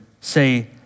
say